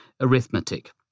arithmetic